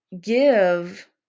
give